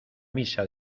misa